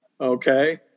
okay